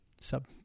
sub